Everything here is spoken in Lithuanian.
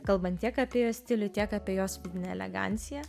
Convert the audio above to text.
kalbant tiek apie stilių tiek apie jos vidinę eleganciją